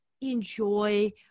enjoy